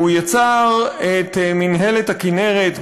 והוא יצר את מינהלת הכינרת,